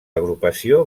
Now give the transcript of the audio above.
agrupació